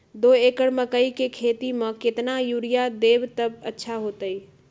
दो एकड़ मकई के खेती म केतना यूरिया देब त अच्छा होतई?